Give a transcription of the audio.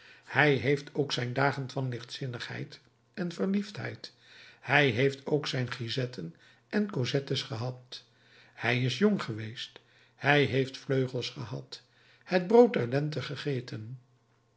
hij heeft ook zijn dagen van lichtzinnigheid en verliefdheid hij heeft ook zijn grisetten en cosettes gehad hij is jong geweest hij heeft vleugels gehad het brood der lente gegeten